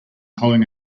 holding